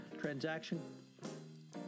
transaction